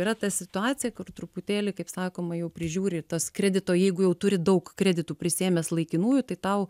yra ta situacija kur truputėlį kaip sakoma jau prižiūri ir tas kredito jeigu jau turi daug kreditų prisiėmęs laikinųjų tai tau